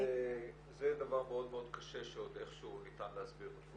אבל זה דבר מאוד מאוד קשה שעוד איכשהו ניתן להסביר אותו.